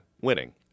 winning